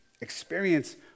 experience